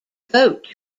vote